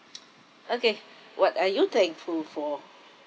okay what are you thankful for